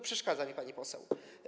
Przeszkadza mi pani poseł.